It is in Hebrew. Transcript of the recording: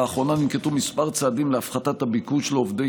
לאחרונה ננקטו כמה צעדים להפחתת הביקוש לעובדי